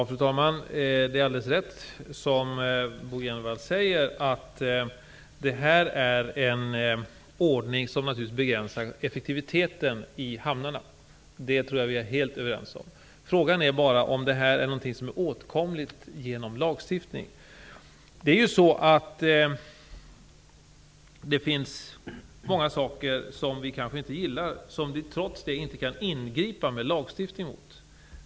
Fru talman! Det är alldeles riktigt som Bo G Jenevall säger, att det här är fråga om en ordning som naturligtvis begränsar effektiviteten i hamnarna. Detta tror jag att vi är helt överens om. Frågan är bara om detta är något som är åtkomligt genom lagstiftning. Det finns mycket som vi inte gillar, men som vi trots det inte kan ingripa mot genom lagstiftning.